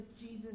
Jesus